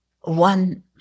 one